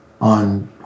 on